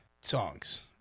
songs